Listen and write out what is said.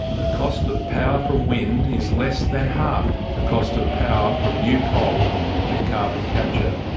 the cost of power from wind is less than half the cost of power from new coal with carbon capture,